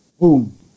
Boom